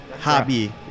hobby